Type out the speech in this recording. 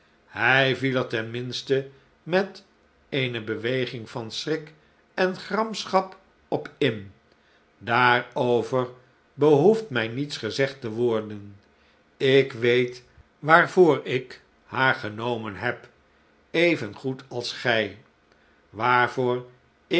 hij viel er ten minste met eene beweging van schrik en gramschap op in daarover behoeft mij niets gezegd te worden ik weet waarvoor ik haar genomen heb evengoed als gij waarvoor